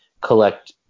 collect